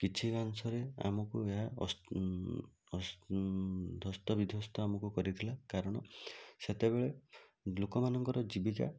କିଛି ଅଂଶରେ ଆମକୁ ଏହା ଧ୍ୱସ୍ତବିଧ୍ଵସ୍ତ ଆମକୁ କରିଥିଲା କାରଣ ସେତେବେଳେ ଲୋକମାନଙ୍କର ଜୀବିକା